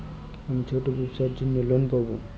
আমি ছোট ব্যবসার জন্য লোন পাব?